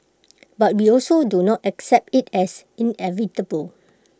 but we also do not accept IT as inevitable